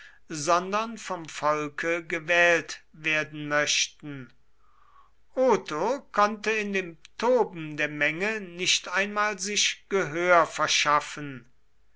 sondern vom volke gewählt werden möchten otho konnte in dem toben der menge nicht einmal sich gehör verschaffen